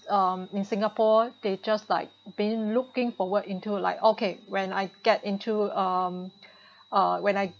um in singapore they just like been looking forward into like okay when I get into um uh when I